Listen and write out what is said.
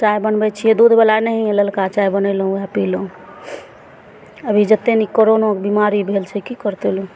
चाय बनबै छियै दूधबला नहियेँ ललका चाय बनेलहुॅं उहए पीलहुॅं अभी जेत्तेभी कोरोनाके बिमारी भेल छै की करतै लोग